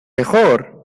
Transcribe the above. mejor